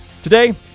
Today